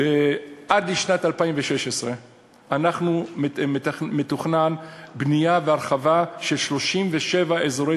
עד לשנת 2016 מתוכננות בנייה והרחבה של 37 אזורי